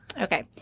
Okay